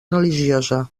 religiosa